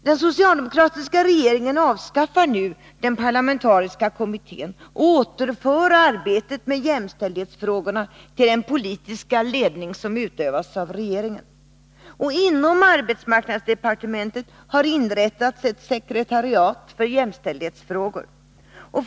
Den socialdemokratiska regeringen avskaffar nu den parlamentariska kommittén och återför arbetet med jämställdhetsfrågorna till den politiska ledning som utövas av regeringen. Inom arbetsmarknadsdepartementet har inrättats ett sekretariat för jämställdhetsfrågor.